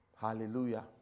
Hallelujah